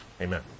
Amen